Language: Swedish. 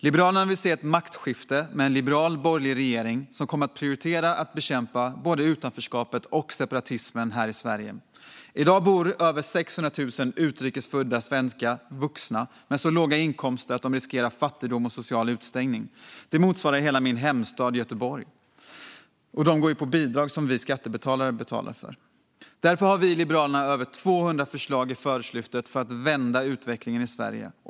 Liberalerna vill se ett maktskifte med en liberal borgerlig regering som kommer att prioritera att bekämpa både utanförskapet och separatismen här i Sverige. I dag bor i Sverige över 600 000 utrikes födda vuxna med så låga inkomster att de riskerar fattigdom och social utestängning. Det motsvarar hela min hemstad Göteborg. Och de går på bidrag som vi skattebetalare betalar för. Därför har Liberalerna över 200 förslag i Förortslyftet, för att vända utvecklingen i Sverige.